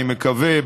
אני מקווה,